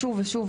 שוב ושוב,